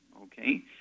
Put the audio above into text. Okay